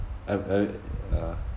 I I uh